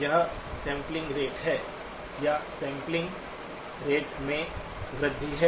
एक sampling rate है या सैंपलिंग रेट में वृद्धि है